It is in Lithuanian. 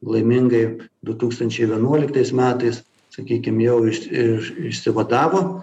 laimingai du tūkstančiai vienuoliktais metais sakykim jau ir išsivadavo